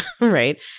right